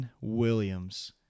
Williams